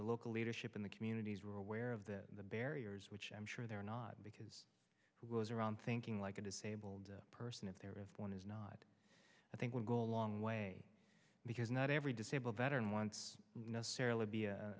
the local leadership in the communities were aware of that the barriers which i'm sure there are not because i was around thinking like a disabled person if there if one is not i think will go a long way because not every disabled veteran wants necessarily be